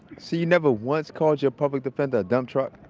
so you never once called your public defender a dump truck?